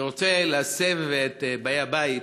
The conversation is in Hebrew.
אני רוצה להסב את תשומת הלב של באי הבית